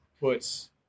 puts